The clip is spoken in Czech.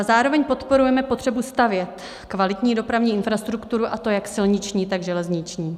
Zároveň podporujeme potřebu stavět kvalitní dopravní infrastrukturu, a to jak silniční, tak železniční.